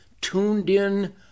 tuned-in